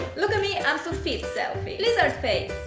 look at me i'm so fit selfie, lizard face,